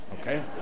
okay